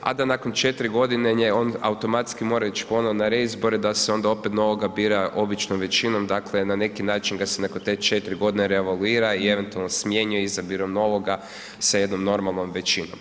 a da nakon 4 godine on automatski mora ići ponovno na reizbore da se onda opet novoga bira običnom većinom, dakle na neki način ga se nakon te 4 godine revalvira i eventualno smjenjuje izabirom novoga sa jednom normalnom većinom.